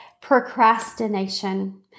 procrastination